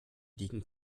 liegen